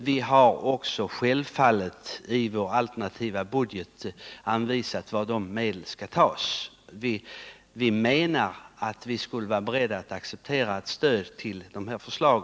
Vi har självfallet också i vår alternativbudget anvisat var de medlen skall tas. Vi är beredda att stödja dessa förslag.